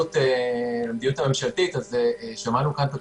למדיניות הממשלתית, שמענו כאן את התוכניות.